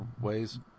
ways